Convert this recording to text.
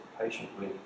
patiently